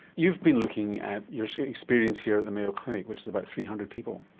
you've been looking at your experience here at the mayo clinic, which is about three hundred people.